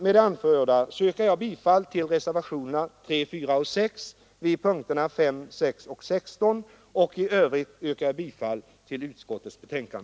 Med det anförda yrkar jag bifall till reservationerna 3, 4 och 6 vid punkterna 5, 6 och 16 och i övrigt till utskottets hemställan.